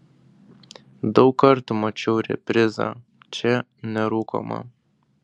daug kartų mačiau reprizą čia nerūkoma